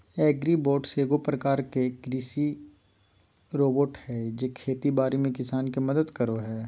agribots एगो प्रकार के कृषि रोबोट हय जे खेती बाड़ी में किसान के मदद करो हय